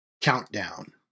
Countdown